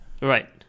Right